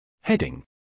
Heading